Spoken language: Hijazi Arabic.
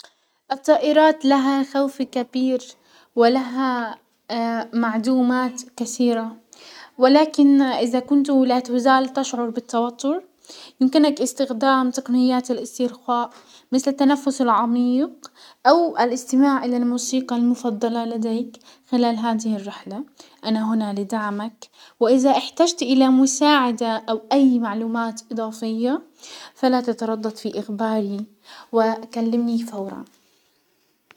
الطائرات لها خوف كبير ولها معدومات كسيرة، ولكن اذا كنت لا تزال تشعر بالتوتر يمكنك استخدام تقنيات الاسترخاء، مثل التنفس العميق او الاستماع الى الموسيقى المفضلة لديك خلال هذه الرحلة. انا هنا لدعمك وازا احتجت الى مساعدة او اي معلومات اضافية، فلا تتردد في اخباري وكلمني فورا.